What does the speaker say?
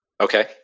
Okay